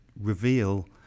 reveal